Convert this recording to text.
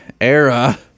era